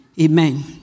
Amen